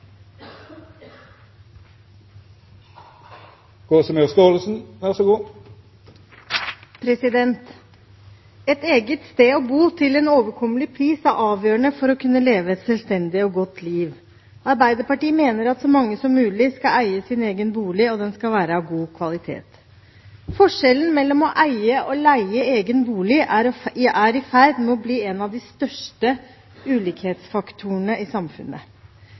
Arbeiderpartiet mener at så mange som mulig skal eie sin egen bolig, og den skal være av god kvalitet. Forskjellen mellom å eie og leie egen bolig er i ferd med å bli en av de største ulikhetsfaktorene i samfunnet.